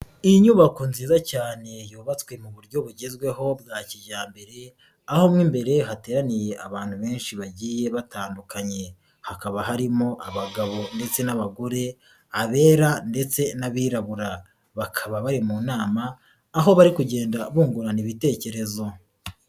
Inyubako nziza cyane yubatswe mu buryo bugezweho bwa kijyambere, aho mo imbere hateraniye abantu benshi bagiye batandukanye, hakaba harimo abagabo ndetse n'abagore, abera ndetse n'abirabura, bakaba bari mu nama, aho bari kugenda bungurana ibitekerezo.